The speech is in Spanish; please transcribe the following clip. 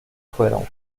fueron